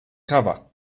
cover